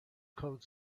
code